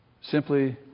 simply